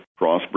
Crossbreed